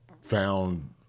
found